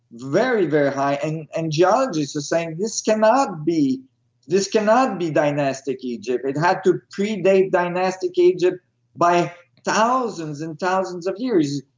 very, very high and and geologists are saying, this cannot this cannot be dynastic egypt. it had to predate dynastic egypt by thousands and thousands of years.